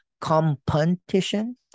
competition